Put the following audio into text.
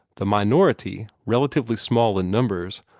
the minority, relatively small in numbers,